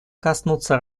коснуться